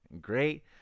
Great